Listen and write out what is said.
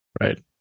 Right